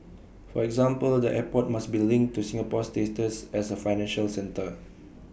for example the airport must be linked to Singapore's status as A financial centre